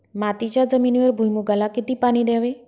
मातीच्या जमिनीवर भुईमूगाला किती पाणी द्यावे?